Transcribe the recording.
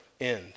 end